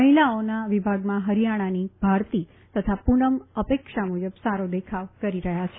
મહિલાઓના વિભાગમાં હરીયાણાની ભારતી તથા પૂનમ અપેક્ષા મુજબ સારો દેખાવ કરી રહ્યા છે